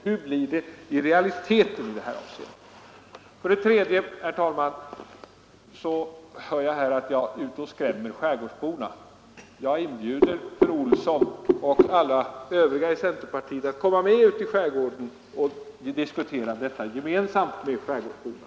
Man säger här, herr talman, att jag är ute och skrämmer skärgårdsborna. Jag inbjuder fru Olsson i Hölö och alla övriga intresserade i centerpartiet att komma med ut i skärgården och gemensamt med skärgårdsborna diskutera denna sak.